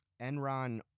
Enron